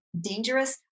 dangerous